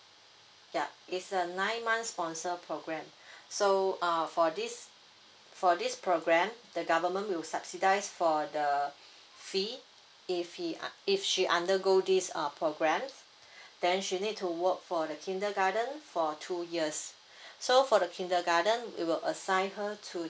yup is a nine months sponsor programme so uh for this for this programme the government will subsidise for the fee if he uh if she undergo this uh programme then she need to work for the kindergarten for two years so for the kindergarten we will assign her to